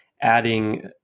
adding